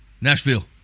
Nashville